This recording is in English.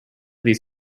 these